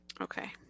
Okay